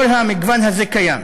כל המגוון הזה קיים.